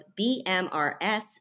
BMRS